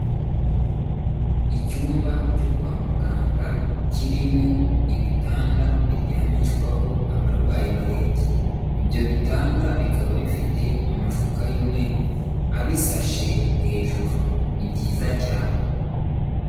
Icyumba cyo kwa muganga kirimo ibitanda biryamishwaho abarwayi barembye, ibyo bitanda bikaba bifite amashuka y'umweru abisashe hejuru ni byiza cyane.